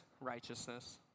righteousness